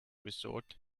resort